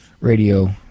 Radio